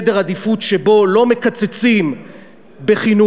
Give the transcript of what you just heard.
סדר עדיפויות שבו לא מקצצים בחינוך,